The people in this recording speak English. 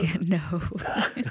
No